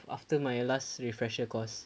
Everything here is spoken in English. after my last refresher course